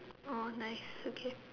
oh nice okay